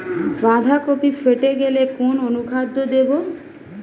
বাঁধাকপি ফেটে গেলে কোন অনুখাদ্য দেবো?